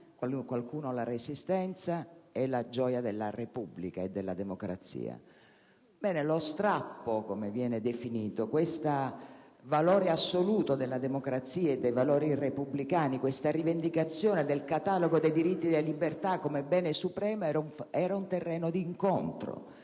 qualcuno la Resistenza e la gioia della Repubblica e della democrazia. Bene, lo strappo, come viene definito, questo valore assoluto della democrazia e dei valori repubblicani, questa rivendicazione del catalogo dei diritti delle libertà come bene supremo era un terreno di incontro